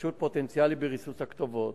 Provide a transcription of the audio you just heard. כחשוד פוטנציאלי בריסוס הכתובות.